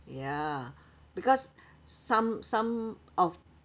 ya because some some of